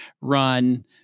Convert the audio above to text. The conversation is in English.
run